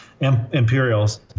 Imperials